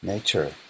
Nature